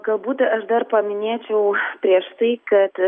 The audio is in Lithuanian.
galbūt aš dar paminėčiau prieš tai kad